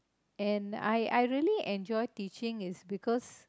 and I I really enjoy teaching is because